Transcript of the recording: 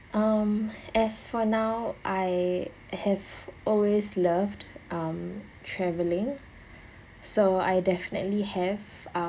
um as for now I have always loved um traveling so I definitely have